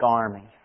army